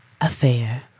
affair